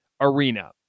Arena